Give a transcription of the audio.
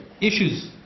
issues